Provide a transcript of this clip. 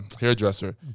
hairdresser